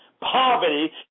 Poverty